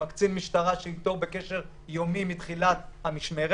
עם קצין המשטרה שאיתו הוא בקשר יומי מתחילת המשמרת,